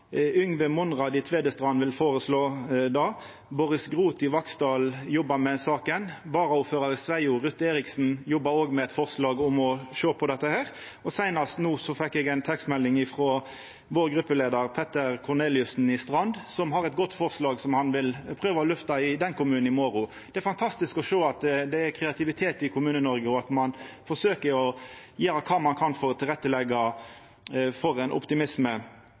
Yngve Monrad i Tvedestrand vil foreslå det. Boris Groth i Vaksdal jobbar med saka. Varaordførar i Sveio, Ruth Eriksen, jobbar òg med eit forslag om å sjå på dette. Og nettopp fekk eg ei tekstmelding frå vår gruppeleiar, Petter Korneliussen, i Strand, som har eit godt forslag, som han vil prøva å lufta i den kommunen i morgon. Det er fantastisk å sjå at det er kreativitet i Kommune-Noreg, og at ein forsøkjer å gjera kva ein kan for å leggja til rette for ein optimisme.